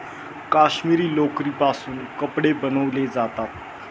काश्मिरी लोकरीपासून कपडे बनवले जातात